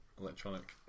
electronic